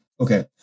Okay